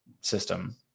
system